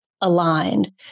aligned